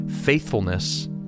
Faithfulness